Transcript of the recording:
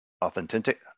authentic